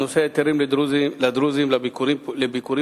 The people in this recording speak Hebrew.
הנושא: מתן היתרים לדרוזים לצאת לביקורים